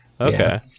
Okay